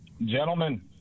Gentlemen